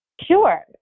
Sure